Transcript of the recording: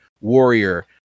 Warrior